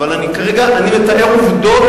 אבל אני כרגע מתאר עובדות,